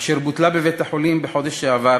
אשר בוטלה בבית-החולים בחודש שעבר